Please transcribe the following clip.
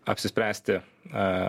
apsispręsti a